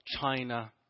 China